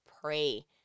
pray